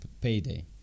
payday